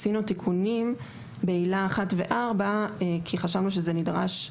עשינו תיקונים בעילה 1 ו-4 כי חשבנו שזה נדרש.